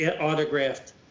autographed